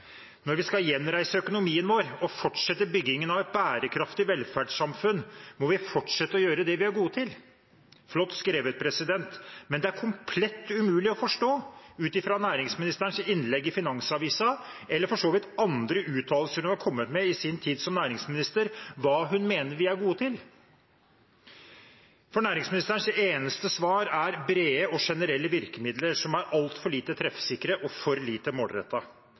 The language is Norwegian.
vi skal gjenreise økonomien vår og fortsette byggingen av et bærekraftig velferdssamfunn, må vi fortsette å gjøre det vi er gode til.» Flott skrevet, men det er komplett umulig å forstå ut fra næringsministerens innlegg i Finansavisen, eller for så vidt andre uttalelser hun har kommet med i sin tid som næringsminister, hva hun mener vi er gode til. Næringsministerens eneste svar er brede og generelle virkemidler som er altfor lite treffsikre og for lite